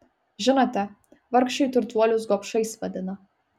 žinote vargšai turtuolius gobšais vadina